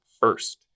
first